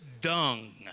dung